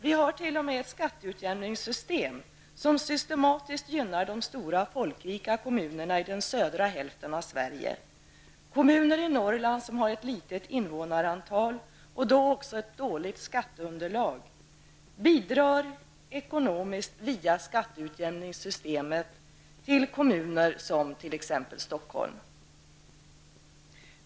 Vi har t.o.m. ett skatteutjämningssystem som systematiskt gynnar de stora, folkrika kommunerna i den södra hälften av Sverige. Kommuner i Norrland som har ett litet invånartal och då också ett dåligt skatteunderlag bidrar ekonomiskt via skatteutjämningssystemet till kommuner som t.ex. Stockholm.